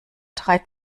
drei